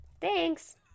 Thanks